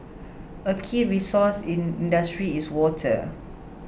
a key resource in industry is water